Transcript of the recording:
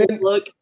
look